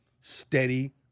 steady